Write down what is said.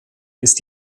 ist